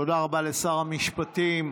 תודה רבה לשר המשפטים.